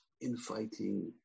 infighting